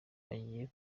agiye